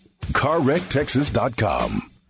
CarWreckTexas.com